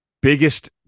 biggest